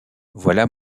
voilà